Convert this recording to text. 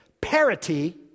Parity